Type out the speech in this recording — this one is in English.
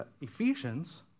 Ephesians